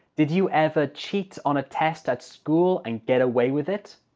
did you ever cheat on a test at school and get away with it?